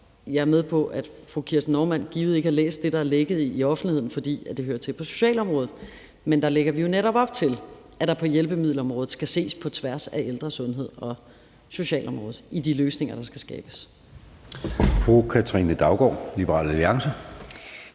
jeg er med på, at fru Kirsten Normann Andersen givet ikke har læst det, der er lækket til offentligheden, fordi det hører til på socialområdet. Men der lægger vi jo netop op til, at der på hjælpemiddelområdet skal ses på tværs af ældresundhed og socialområdet i de løsninger, der skal skabes.